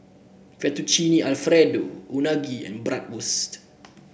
Fettuccine Alfredo Unagi and Bratwurst